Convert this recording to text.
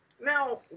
Now